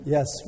Yes